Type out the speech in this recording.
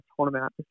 tournament